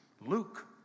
Luke